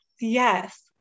Yes